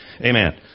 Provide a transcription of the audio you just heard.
amen